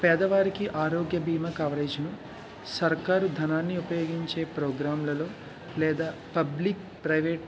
పేదవారికి ఆరోగ్య బీమా కవరేజీని సర్కారు ధనాన్ని ఉపయోగించే ప్రోగ్రాంలలో లేదా పబ్లిక్ ప్రైవేట్